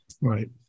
Right